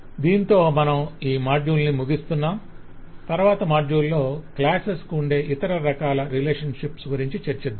దీనితో మనం ఈ మాడ్యూల్ను ముగిస్తున్నాం తరవాత మాడ్యూల్ లో క్లాసెస్ కు ఉండే ఇతర రకాల రిలేషన్షిప్స్ గురించి చర్చిద్దాం